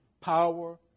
Power